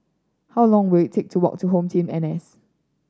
how long will it take to walk to HomeTeam N S